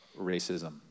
racism